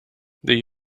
the